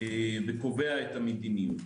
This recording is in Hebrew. וקובע את המדיניות.